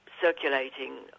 circulating